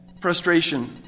frustration